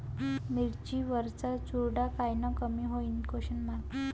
मिरची वरचा चुरडा कायनं कमी होईन?